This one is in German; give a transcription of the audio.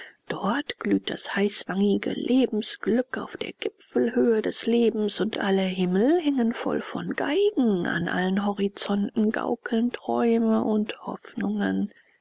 dort glüht das heißwangige lebensglück auf der gipfelhöhe des lebens und alle himmel hängen voll von geigen an allen horizonten gaukeln träume und hoffnungen